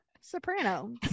soprano